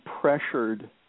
pressured